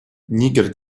нигер